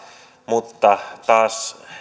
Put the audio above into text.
mutta taas